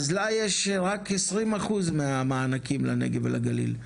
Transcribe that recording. אז למה יש רק 20% מהמענקים לנגב ולגליל,